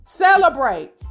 Celebrate